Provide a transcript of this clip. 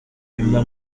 nyuma